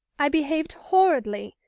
i behaved horridly,